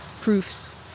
proofs